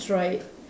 try it